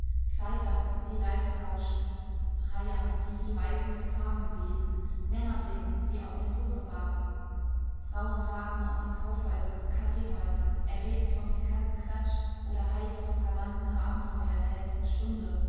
kleidern die leise rauschten reihern die wie weisende fahnen wehten männerblicken die auf der suche waren frauen traten aus den kaufhäusern und kaffeehäusern erregt vom pikanten klatsch oder heiß vom galanten abenteuer der letzten stunde